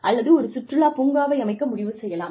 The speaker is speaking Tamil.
அல்லது ஒரு சுற்றுலா பூங்காவை அமைக்க முடிவு செய்யலாம்